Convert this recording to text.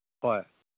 ꯍꯣꯏ